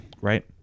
right